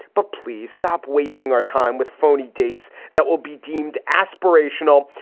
but please stop wasting our time with phony dates that will be deemed aspirational.